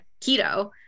keto